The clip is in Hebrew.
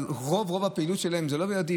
אבל רוב הפעילות שלהם זה לא עם ילדים.